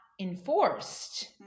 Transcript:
enforced